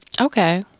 Okay